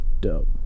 Dope